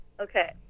Okay